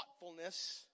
thoughtfulness